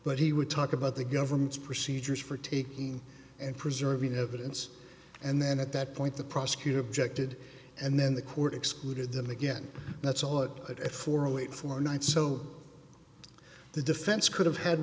but he would talk about the government's procedures for taking and preserving evidence and then at that point the prosecutor objected and then the court excluded them again that's all it had at for a wait for night so the defense could have had